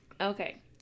Okay